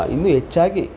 ಇನ್ನೂ ಹೆಚ್ಚಾಗಿ